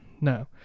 no